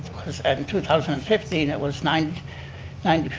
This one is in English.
and in two thousand and fifteen it was ninety nine